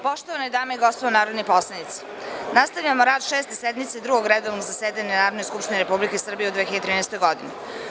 Poštovane dame i gospodo narodni poslanici, nastavljamo rad Šeste sednice Drugog redovnog zasedanja Narodne skupštine Republike Srbije u 2013. godini.